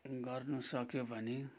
गर्नु सक्यो भने